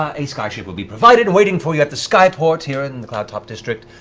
ah a skyship will be provided, waiting for you at the skyport here in the cloudtop district.